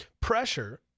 pressure